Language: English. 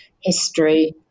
history